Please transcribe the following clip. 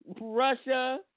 Russia